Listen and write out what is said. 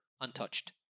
untouched